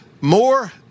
more